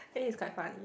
think it's quite funny